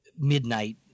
Midnight